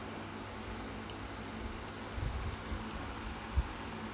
<Z<